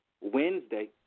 Wednesday